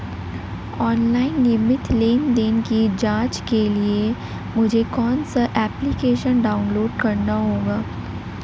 Online नियमित लेनदेन की जांच के लिए मुझे कौनसा एप्लिकेशन डाउनलोड करना होगा?